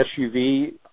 SUV